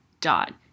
dot